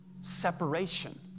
separation